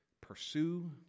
pursue